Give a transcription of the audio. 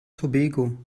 tobago